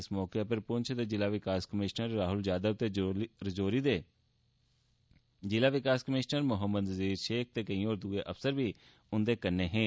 इस मौके उप्पर पुंछ दे जिला विकास कमीशनर राहुल यादव ते राजौरी दे जिला विकास कमीशनर मोहम्मद नजीर शेख ते केंई होर दूये अफसर बी उंदे कन्ने हे